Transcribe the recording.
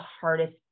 hardest